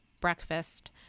breakfast